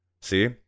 See